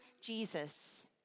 Jesus